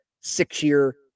six-year